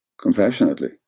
compassionately